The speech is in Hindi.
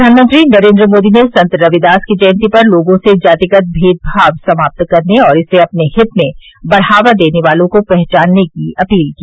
प्रधानमंत्री नरेन्द्र मोदी ने संत रविदास की जयन्ती पर लोगों से जातिगत भेदभाव समाप्त करने और इसे अपने हित में बढ़ावा देने वालों को पहचानने की अपील की